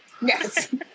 yes